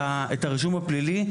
הרישום הפלילי,